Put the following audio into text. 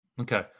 Okay